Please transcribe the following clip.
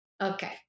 Okay